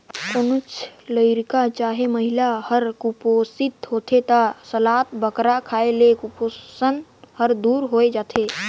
कोनोच लरिका चहे महिला हर कुपोसित होथे ता सलाद बगरा खाए ले कुपोसन हर दूर होए जाथे